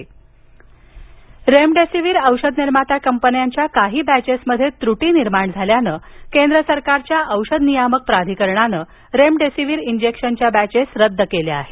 remdesivir Rajesh Tope remdesivir औषध निर्मात्या कंपन्यांच्या काही बॅचेसमध्ये त्रूटी निर्माण झाल्याने केंद्र सरकारच्या औषध नियामक प्राधिकरणानं रेमडेसिवीर इंजेक्शनच्या बॅचेस रद्द केल्या आहेत